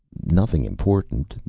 nothing important.